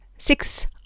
Six